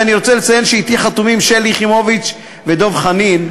ואני רוצה לציין שחתומים אתי שלי יחימוביץ ודב חנין,